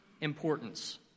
importance